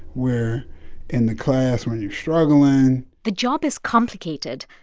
we're in the class when you're struggling the job is complicated,